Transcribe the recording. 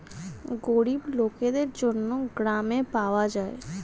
গরিব লোকদের জন্য গ্রামে পাওয়া যায়